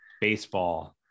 baseball